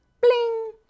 bling